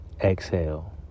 Exhale